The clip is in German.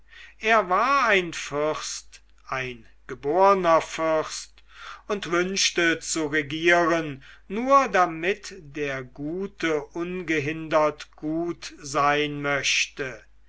er war ein fürst ein geborner fürst und wünschte zu regieren nur damit der gute ungehindert gut sein möchte